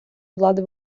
влади